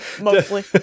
mostly